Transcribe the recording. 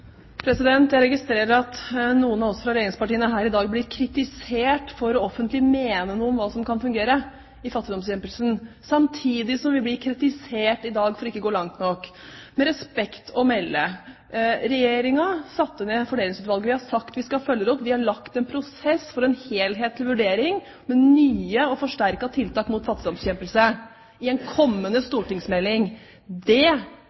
noen av oss fra regjeringspartiene her i dag blir kritisert for offentlig å mene noe om hva som kan fungere i fattigdomsbekjempelsen, samtidig som vi blir kritisert i dag for ikke å gå langt nok. Med respekt å melde, Regjeringen satte ned Fordelingsutvalget, vi har sagt vi skal følge det opp, og vi har lagt en prosess for en helhetlig vurdering, med nye og forsterkede tiltak mot fattigdomsbekjempelse i en kommende